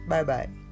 Bye-bye